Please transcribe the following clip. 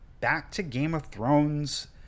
back-to-Game-of-Thrones